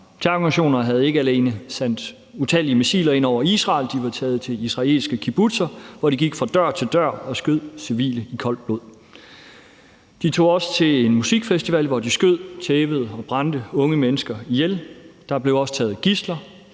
terrororganisation havde ikke alene sendt utallige missiler ind over Israel; de var taget til israelske kibbutzer, hvor de gik fra dør til dør og skød civile med koldt blod. De tog også til en musikfestival, hvor de skød, tævede og brændte unge mennesker ihjel. Der blev også taget gidsler,